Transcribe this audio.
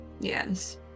Yes